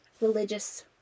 religious